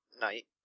night